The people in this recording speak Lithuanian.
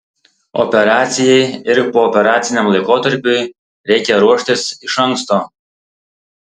operacijai ir pooperaciniam laikotarpiui reikia ruoštis iš anksto